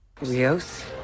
Rios